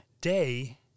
day